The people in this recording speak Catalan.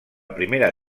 primera